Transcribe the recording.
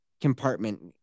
compartment